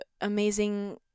amazing